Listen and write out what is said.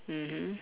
mmhmm